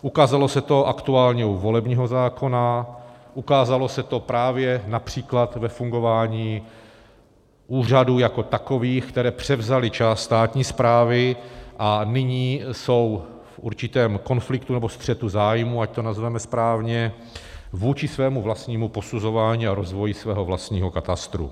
Ukázalo se to aktuálně u volebního zákona, ukázalo se to právě například ve fungování úřadů jako takových, které převzaly část státní správy a nyní jsou v určitém konfliktu nebo střetu zájmů, ať to nazveme správně, vůči svému vlastnímu posuzování a rozvoji svého vlastního katastru.